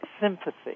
sympathy